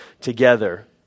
together